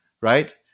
right